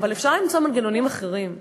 אבל אפשר למצוא מנגנונים אחרים,